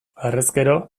harrezkero